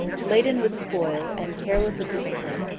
laden with spoil, and careless of discipline,